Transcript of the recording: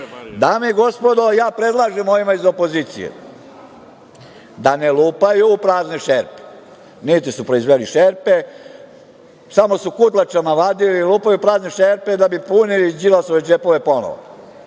i gospodo, ja predlažem ovima iz opozicije da ne lupaju u prazne šerpe. Niti su proizveli šerpe, samo su kutlačama vadili. Oni lupaju u prazne šerpe da bi punili Đilasove džepove ponovo.